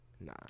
Nah